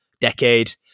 decade